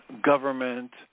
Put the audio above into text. government